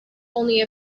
only